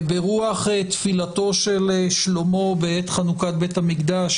ברוח תפילתו של שלמה בעת חנוכת בית המקדש,